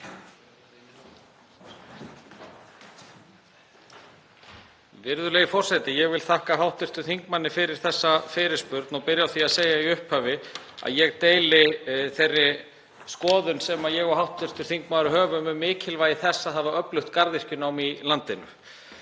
Virðulegi forseti. Ég vil þakka hv. þingmanni fyrir þessa fyrirspurn og byrja á því að segja í upphafi að ég deili þeirri skoðun hv. þingmanns um mikilvægi þess að hafa öflugt garðyrkjunám í landinu.